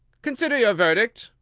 consider your verdict,